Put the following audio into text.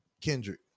Kendrick